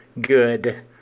good